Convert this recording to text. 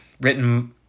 written